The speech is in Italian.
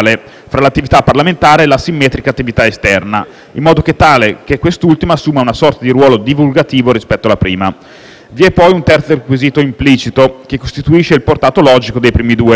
fra l'attività parlamentare e la simmetrica attività esterna, in modo tale che quest'ultima assuma una sorta di ruolo divulgativo rispetto alla prima. Vi è poi un terzo requisito «implicito», che costituisce il portato logico dei primi due,